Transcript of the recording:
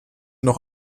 noch